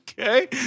Okay